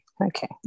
Okay